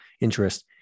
interest